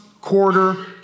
quarter